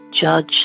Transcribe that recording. judge